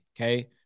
okay